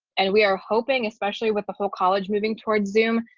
and we are hoping especially with the whole college moving towards zoom,